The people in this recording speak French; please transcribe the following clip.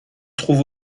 trouve